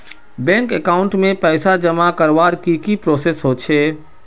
Bank account में पैसा जमा करवार की की प्रोसेस होचे?